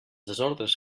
desordres